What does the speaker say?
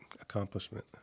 accomplishment